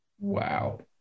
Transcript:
Wow